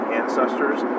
ancestors